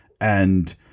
and-